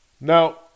now